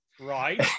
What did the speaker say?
right